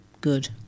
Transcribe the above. good